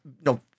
no